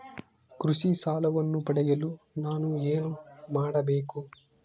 ಕೃಷಿ ಸಾಲವನ್ನು ಪಡೆಯಲು ನಾನು ಏನು ಮಾಡಬೇಕು?